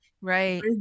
Right